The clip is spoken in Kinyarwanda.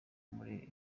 muri